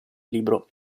libro